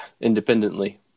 independently